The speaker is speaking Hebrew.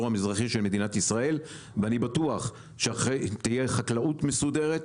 המזרחי של מדינת ישראל ואני בטוח שאחרי תהיה חקלאות מסודרת,